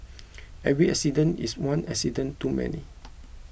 every accident is one accident too many